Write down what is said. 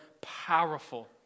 powerful